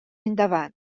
endavant